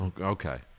Okay